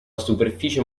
superficie